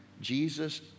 Jesus